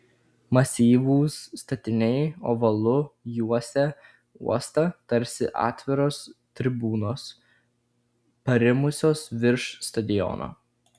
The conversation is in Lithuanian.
masyvūs statiniai ovalu juosė uostą tarsi atviros tribūnos parimusios virš stadiono